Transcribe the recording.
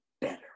better